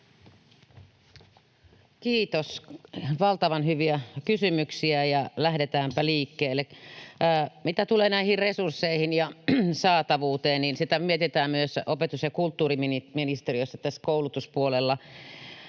Kiitos! Valtavan hyviä kysymyksiä, ja lähdetäänpä liikkeelle. Mitä tulee näihin resursseihin ja saatavuuteen, niin sitä mietitään myös opetus- ja kulttuuriministeriössä koulutuspuolella.